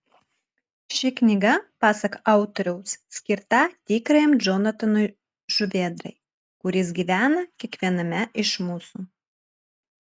ši knyga pasak autoriaus skirta tikrajam džonatanui žuvėdrai kuris gyvena kiekviename iš mūsų